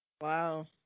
wow